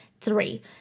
Three